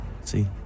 see